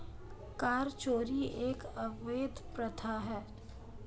कर चोरी एक अवैध प्रथा है